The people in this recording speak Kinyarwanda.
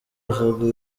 avuga